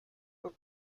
were